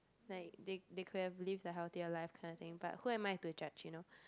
like they they could have live a healthier life kind of thing but who am I to judge you know